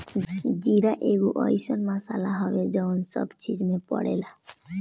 जीरा एगो अइसन मसाला हवे जवन सब चीज में पड़ेला